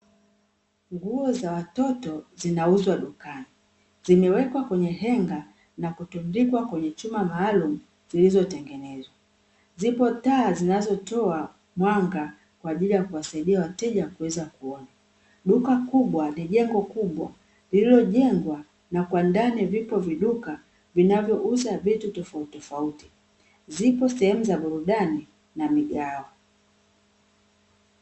Nguo za watoto zinauzwa dukani. Zimewekwa kwenye henga na kutundikwa kwenye chuma maalumu zilizotengenezwa; zipo taa zinazotoa mwanga kwa ajili ya kuwasaidia wateja kuweza kuona. Duka kubwa ni jengo kubwa lililojengwa na kwa ndani vipo viduka vinavyouza vitu tofautitofauti, zipo sehemu za burudani na migahawa.